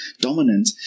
dominant